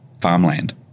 farmland